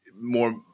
more